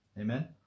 Amen